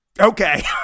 Okay